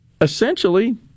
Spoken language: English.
essentially